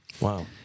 Wow